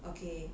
okay